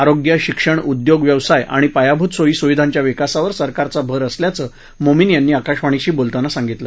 आरोग्य शिक्षण उद्योग व्यवसाय आणि पायाभूत सोयीसुविधांच्या विकासावर सरकारचा भर असल्याचं मोमीन यांनी आकाशवाणीशी बोलताना सांगितलं